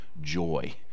joy